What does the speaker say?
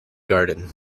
garden